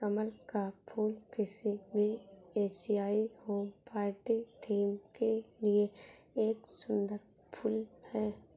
कमल का फूल किसी भी एशियाई होम पार्टी थीम के लिए एक सुंदर फुल है